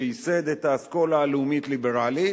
שייסד את האסכולה הלאומית-ליברלית,